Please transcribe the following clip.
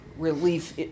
relief